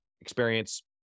experience